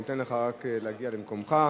אני אתן לך רק להגיע למקומך.